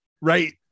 Right